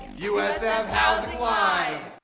usf housing live!